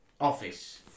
office